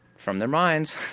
from their minds.